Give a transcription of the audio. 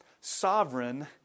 sovereign